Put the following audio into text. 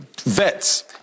vets